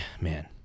Man